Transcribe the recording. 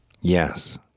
Yes